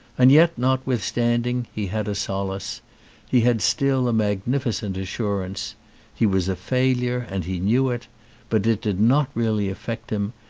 and yet, notwithstanding, he had a solace he had still a magnificent assurance he was a failure and he knew it but it did not really affect him,